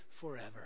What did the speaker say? forever